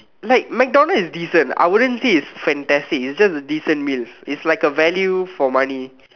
like MacDonald's is decent I wouldn't say it's fantastic it's just a decent meal it's like a value for money